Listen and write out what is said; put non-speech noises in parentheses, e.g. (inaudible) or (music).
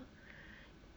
(breath)